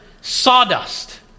sawdust